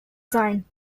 sein